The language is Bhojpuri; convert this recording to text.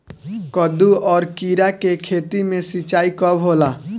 कदु और किरा के खेती में सिंचाई कब होला?